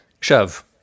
Shove